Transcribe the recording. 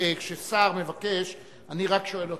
כששר מבקש, אני רק שואל אותך.